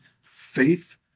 faith